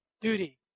duty